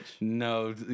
No